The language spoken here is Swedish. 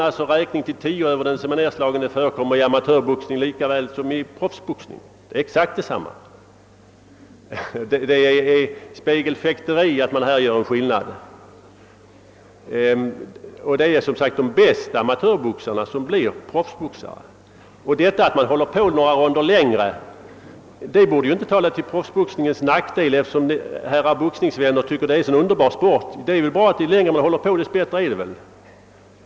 Knockout en, räkningen till 10 över en nedslagen boxare, förekommer i amatörboxningen lika väl som i den professionella boxningen. Det är spegelfäkteri att härvidlag göra någon skillnad. Det är som sagt de bästa amatörboxaarna som blir professionella. Att man håller på några ronder längre borde egentligen inte tala till den professionella boxningens nackdel, eftersom boxningsvännerna tycker att detta är en så underbar sport. Ju längre man håller på, desto bättre borde det vara.